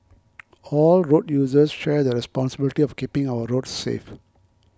all road users share the responsibility of keeping our roads safe